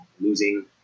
losing